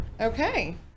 Okay